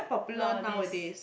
nowadays